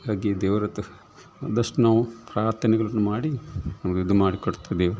ಹಾಗಾಗಿ ದೇವರ ಹತ್ರ ಆದಷ್ಟು ನಾವು ಪ್ರಾರ್ಥನೆಗಳನ್ನು ಮಾಡಿ ನಮಗೆ ಇದು ಮಾಡಿ ಕೊಡ್ತಾರೆ ದೇವರು